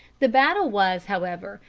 the battle was, however,